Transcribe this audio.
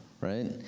right